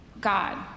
God